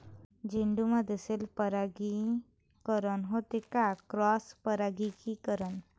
झेंडूमंदी सेल्फ परागीकरन होते का क्रॉस परागीकरन?